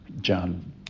John